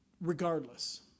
regardless